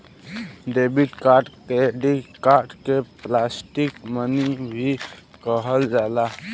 debit card credit card के plastic money भी कहल जाला